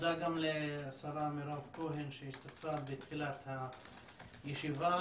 תודה גם לשרה מירב כהן שהשתתפה בתחילת הישיבה,